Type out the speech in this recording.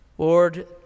Lord